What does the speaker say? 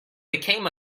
became